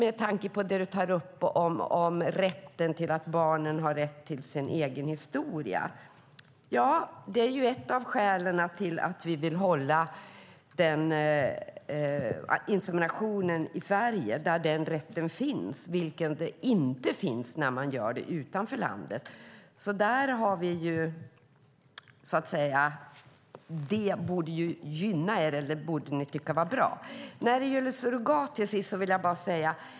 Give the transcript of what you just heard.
Roland Utbult tar upp att barn har rätt till sin egen historia. Ett av skälen till att vi vill att inseminationen sker i Sverige är att här finns den rätten, men den saknas om insemination sker utanför Sverige. Det här borde ni tycka är bra.